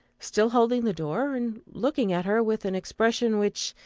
still holding the door and looking at her with an expression which,